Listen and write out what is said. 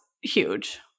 huge